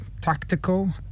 tactical